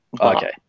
Okay